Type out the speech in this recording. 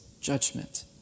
judgment